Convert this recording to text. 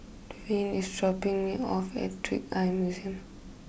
Dewayne is dropping me off at Trick Eye Museum